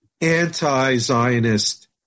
anti-Zionist